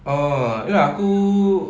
oh ye lah aku